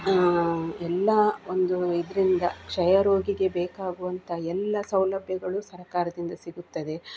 ಎಲ್ಲ ಒಂದು ಇದರಿಂದ ಕ್ಷಯ ರೋಗಿಗೆ ಬೇಕಾಗುವಂಥ ಎಲ್ಲ ಸೌಲಭ್ಯಗಳು ಸರಕಾರದಿಂದ ಸಿಗುತ್ತದೆ